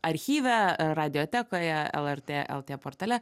archyve radiotekoje lrt lt portale